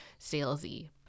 salesy